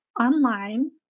online